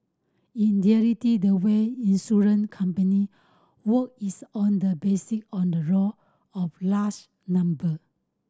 in the way insurance company work is on the basis on the raw of large number